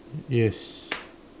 yes